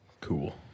Cool